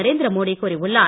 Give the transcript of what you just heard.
நரேந்திர மோடி கூறியுள்ளார்